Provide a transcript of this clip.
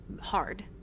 hard